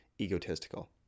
egotistical